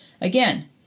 again